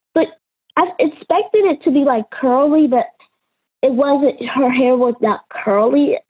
but i'm expecting it to be like curly. but it wasn't. her hair was yeah curly.